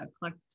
collect